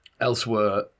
Elsewhere